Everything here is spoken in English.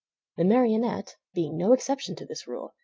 the marionette, being no exception to this rule,